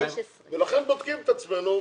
למה על זה אתם לא מורידים?